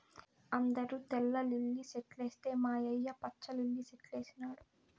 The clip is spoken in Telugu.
అందరూ తెల్ల లిల్లీ సెట్లేస్తే మా యన్న పచ్చ లిల్లి సెట్లేసినాడు